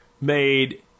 made